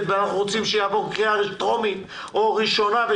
ואנחנו רוצים שזה יעבור בקריאה טרומית או בקריאה ראשונה,